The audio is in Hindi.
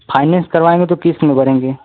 फाइनैन्स करवाएंगे तो किस में